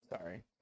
Sorry